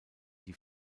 die